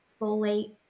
folate